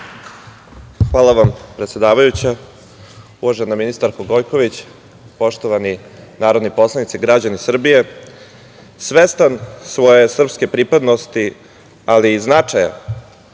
Hvala vam predsedavajuća. Uvažena ministarko Gojković, poštovani narodni poslanici, građani Srbije, svestan svoje srpske pripadnosti, ali i značaja